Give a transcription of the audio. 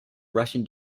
russian